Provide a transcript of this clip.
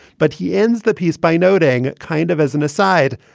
but he ends the piece by noting it kind of as an aside,